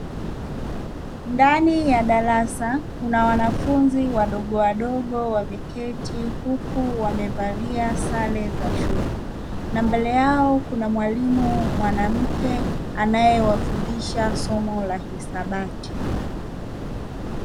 Ndani ya darasa kuna wanfunzi wadogowadogo wameketi huku wamevalia sare za shule, na mbele yao kuna mwalimu mwanamke anayewafundisha somo la hisabati.